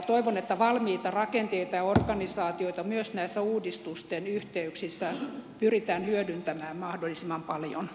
toivon että valmiita rakenteita ja organisaatioita myös uudistusten yhteyksissä pyritään hyödyntämään mahdollisimman paljon